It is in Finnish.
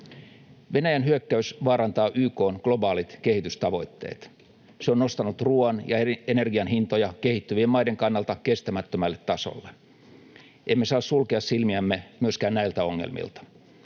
Venäjän hyökkäys vaarantaa YK:n globaalit kehitystavoitteet. Se on nostanut ruoan ja energian hintoja kehittyvien maiden kannalta kestämättömälle tasolle. Emme saa sulkea silmiämme myöskään näiltä ongelmilta.